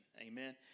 Amen